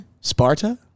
Sparta